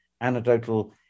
anecdotal